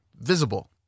visible